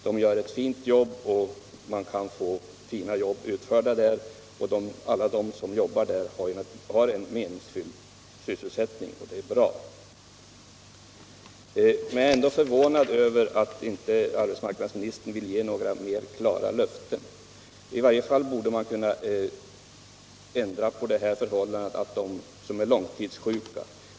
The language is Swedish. De som arbetar där är duktiga = trygga sysselsättoch man kan få fina jobb utförda. Alla har de en meningsfull syssel — ningen i Bohuslän, sättning, och det är bra. Men jag är förvånad över att arbetsmarknads = m.m. ministern inte vill ge några klarare löften.